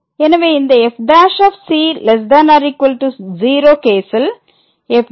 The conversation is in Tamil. எனவே இந்த f '≤ 0 கேசில் f ' 0